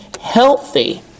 healthy